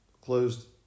closed